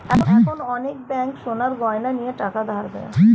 এখন অনেক ব্যাঙ্ক সোনার গয়না নিয়ে টাকা ধার দেয়